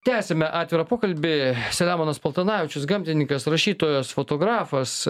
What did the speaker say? tęsiame atvirą pokalbį selemonas paltanavičius gamtininkas rašytojas fotografas